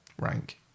rank